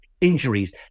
injuries